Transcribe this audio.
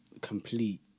complete